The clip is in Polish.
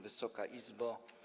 Wysoka Izbo!